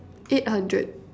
eight hundred